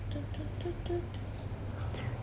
do you still make TikToks with your boyfriend